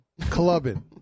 Clubbing